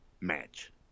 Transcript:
match